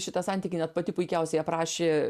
šitą santykį net pati puikiausiai aprašė